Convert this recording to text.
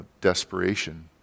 desperation